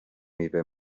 میوه